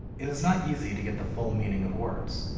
it is not easy to get the full meaning of words.